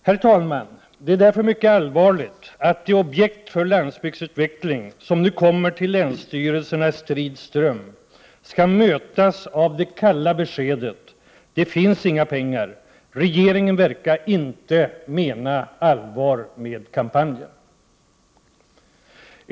Herr talman! Det är därför mycket allvarligt att de objekt för landsbygdsutveckling som nu kommer till länsstyrelserna i en strid ström skall mötas av det kalla beskedet: Det finns inga pengar — regeringen verkar inte mena allvar med kampanjen.